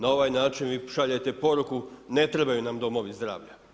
Na ovaj način vi šaljete poruku, ne trebaju nam domovi zdravlja.